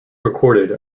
recorded